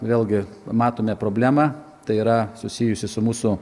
vėlgi matome problemą tai yra susijusi su mūsų